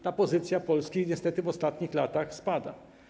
Ta pozycja Polski niestety w ostatnich latach spada.